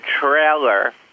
trailer